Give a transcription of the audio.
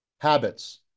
Habits